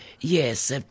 Yes